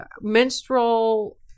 menstrual